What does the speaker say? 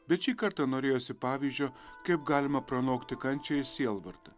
bet šį kartą norėjosi pavyzdžio kaip galima pranokti kančią ir sielvartą